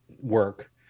work